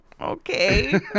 Okay